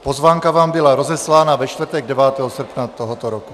Pozvánka vám byla rozeslána ve čtvrtek 9. srpna tohoto roku.